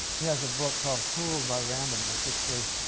has a book called fooled by randomness, which was